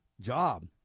job